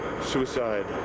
suicide